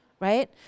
Right